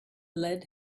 lead